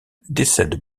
décède